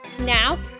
now